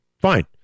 Fine